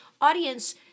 audience